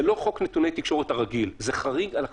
זה לא חוק נתוני תקשורת הרגיל, זה חריג על החריג,